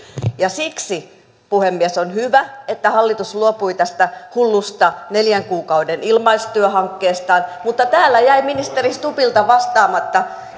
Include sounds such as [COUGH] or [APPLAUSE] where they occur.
siksi puhemies on hyvä että hallitus luopui tästä hullusta neljän kuukauden ilmaistyöhankkeestaan mutta täällä jäi ministeri stubbilta vastaamatta [UNINTELLIGIBLE]